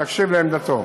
שיגיד את עמדתו,